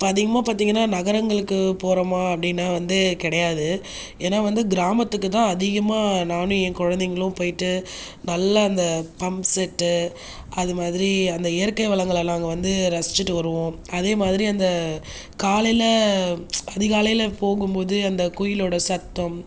இப்போ அதிகமாக பார்த்தீங்கனா நகரங்களுக்கு போகிறோமா அப்படின்னால் வந்து கிடையாது ஏன்னால் வந்து கிராமத்துக்கு தான் அதிகமாக நானும் என் குழந்தைகளும் போய்விட்டு நல்லா அந்த பம்ப் செட் அது மாதிரி அந்த இயற்கை வளங்களை நாங்கள் வந்து ரசிச்சுட்டு வருவோம் அதே மாதிரி அந்த காலையில் அதிகாலையில் போகும்போது அந்த குயில்லோடய சத்தம்